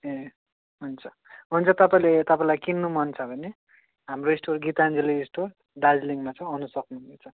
ए हुन्छ हुन्छ तपाईँले तपाईँलाई किन्नु मन छ भने हाम्रो स्टोर गीताञ्जली स्टोर दार्जिलिङमा छ आउन सक्नुहुनेछ